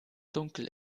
dunkel